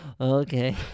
Okay